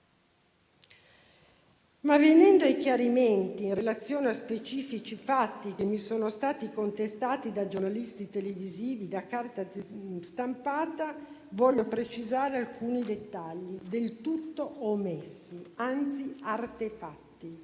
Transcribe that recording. Venendo ai chiarimenti in relazione a specifici fatti che mi sono stati contestati da giornalisti televisivi e dalla carta stampata, desidero precisare alcuni dettagli del tutto omessi, anzi artefatti